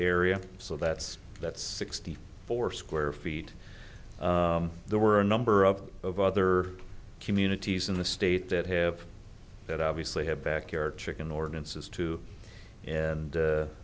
area so that's that's sixty four square feet there were a number of of other communities in the state that have that obviously had back air chicken ordinances